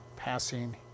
passing